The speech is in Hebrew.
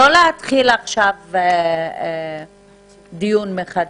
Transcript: לא להתחיל עכשיו דיון מחדש.